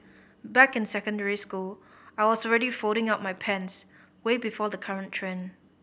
back in secondary school I was already folding up my pants way before the current trend